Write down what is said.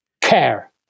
care